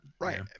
Right